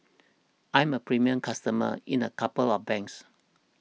I'm a premium customer in a couple of banks